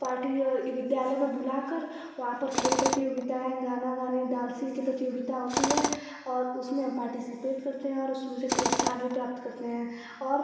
party और इ विद्यालय में बुला कर वहाँ पर खेल प्रतियोगिताएँ गाना गाने डॉन्सिंग कि प्रतियोगिता होती है और उसमें हम पार्टिसपेट करते हैं और उसमें से पुरस्कार भी प्राप्त करते हैं और